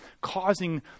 causing